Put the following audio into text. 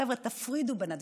חבר'ה, תפרידו בין הדברים.